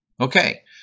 Okay